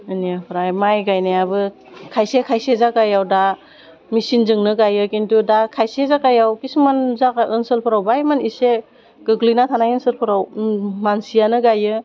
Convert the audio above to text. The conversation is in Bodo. बिनिफ्राय माइ गायनायाबो खायसे खायसे जायगायाव दा मेचिनजोंनो गायो खिन्थु दा खायसे जागायाव खिसुमान जायगा ओनसोलफोराव बाय मोन एसे गोग्लैना थानाय ओनसोलफोराव मानसियानो गायो